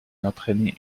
entraîner